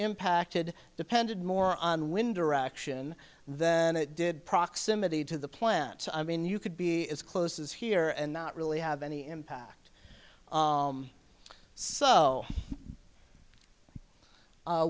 impacted depended more on wind direction than it did proximity to the plant i mean you could be as close as here and not really have any impact